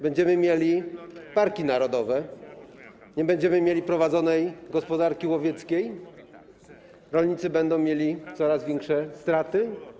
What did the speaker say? Będziemy mieli parki narodowe, nie będziemy mieli prowadzonej gospodarki łowieckiej, rolnicy będą mieli coraz większe straty.